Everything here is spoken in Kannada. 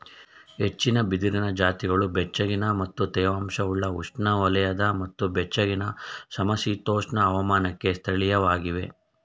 ಹೆಚ್ಚಿನ ಬಿದಿರಿನ ಜಾತಿಗಳು ಬೆಚ್ಚಗಿನ ಮತ್ತು ತೇವಾಂಶವುಳ್ಳ ಉಷ್ಣವಲಯದ ಮತ್ತು ಬೆಚ್ಚಗಿನ ಸಮಶೀತೋಷ್ಣ ಹವಾಮಾನಕ್ಕೆ ಸ್ಥಳೀಯವಾಗಿವೆ